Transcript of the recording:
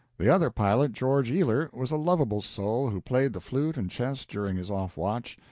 the other pilot, george ealer, was a lovable soul who played the flute and chess during his off watch,